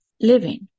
Living